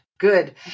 good